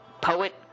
poet